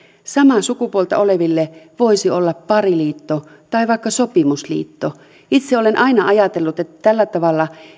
samaa sukupuolta oleville voisi olla pariliitto tai vaikka sopimusliitto itse olen aina ajatellut että tällä tavalla